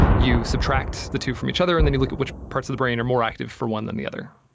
you subtract the two from each other and then you look at which parts of the brain are more active for one than the other.